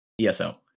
ESO